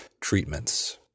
treatments